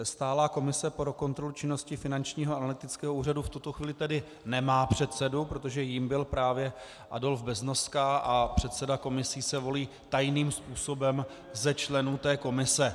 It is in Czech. Stálá komise pro kontrolu činnosti Finančního analytického úřadu v tuto chvíli tedy nemá předsedu, protože jím byl právě Adolf Beznoska a předseda komisí se volí tajným způsobem ze členů té komise.